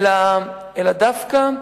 אלא דווקא,